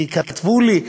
כי כתבו לי,